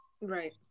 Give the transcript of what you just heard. Right